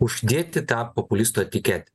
uždėti tą populisto etiketę